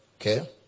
Okay